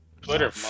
Twitter